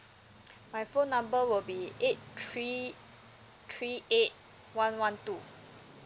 my phone number will be eight three three eight one one two